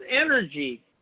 energy